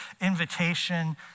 invitation